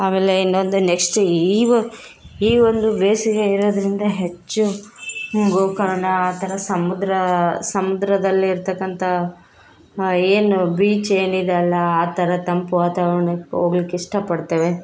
ಆಮೇಲೆ ಇನ್ನೊಂದು ನೆಕ್ಸ್ಟ್ ಈ ವು ಈ ಒಂದು ಬೇಸಿಗೆ ಇರೋದರಿಂದ ಹೆಚ್ಚು ಗೋಕರ್ಣ ಆ ಥರ ಸಮುದ್ರ ಸಮುದ್ರದಲ್ಲಿ ಇರತಕ್ಕಂಥ ಏನು ಬೀಚ್ ಏನಿದೆ ಅಲ್ಲ ಆ ಥರ ತಂಪು ವಾತಾವರಣಕ್ಕೆ ಹೋಗ್ಲಿಕ್ಕೆ ಇಷ್ಟಪಡ್ತೇವೆ